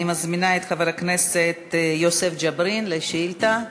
אני מזמינה את חבר הכנסת יוסף ג'בארין לשאילתה.